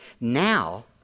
Now